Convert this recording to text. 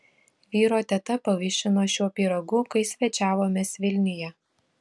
vyro teta pavaišino šiuo pyragu kai svečiavomės vilniuje